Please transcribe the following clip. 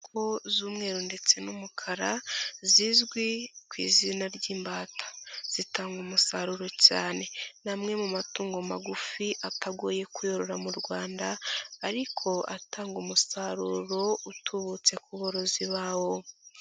Inkoko z'umweru ndetse n'umukara, zizwi ku izina ry'imbata. Zitanga umusaruro cyane. Ni amwe mu matungo magufi atagoye kuyorora mu Rwanda ariko atanga umusaruro utubutse ku borozi bawo.